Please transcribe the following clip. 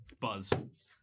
buzz